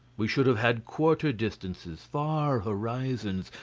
we should have had quarter distances, far horizons,